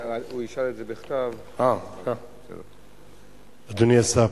אדוני השר,